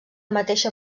mateixa